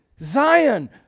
Zion